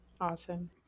Awesome